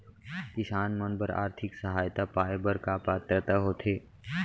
किसान मन बर आर्थिक सहायता पाय बर का पात्रता होथे?